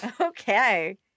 Okay